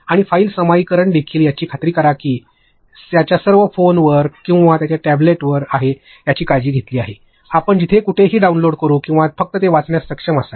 आणि फाईल सामायिकरण देखील याची खात्री करा की हे सर्व त्यांच्या फोनवर किंवा त्यांच्या टॅब्लेटवर आहे याची काळजी घेतली आहे आपण जिथे कुठेही डाउनलोड करू किंवा फक्त ते वाचण्यास सक्षम असावे